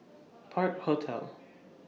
Park Hotel